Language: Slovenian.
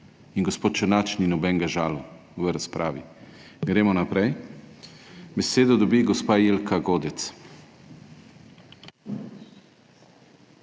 In gospod Černač ni nobenega žalil v razpravi. Gremo naprej. Besedo dobi gospa Jelka Godec.